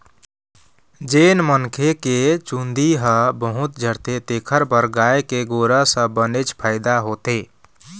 जेन मनखे के चूंदी ह बहुत झरथे तेखर बर गाय के गोरस ह बनेच फायदा होथे